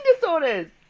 disorders